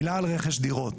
מילה על רכש דירות.